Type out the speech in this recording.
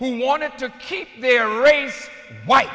who wanted to keep their race white